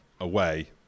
away